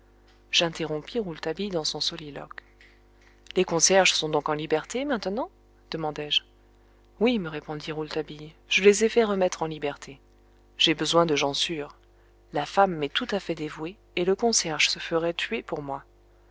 j'interrompis rouletabille dans son soliloque les concierges sont donc en liberté maintenant demandai-je oui me répondit rouletabille je les ai fait remettre en liberté j'ai besoin de gens sûrs la femme m'est tout à fait dévouée et le concierge se ferait tuer pour moi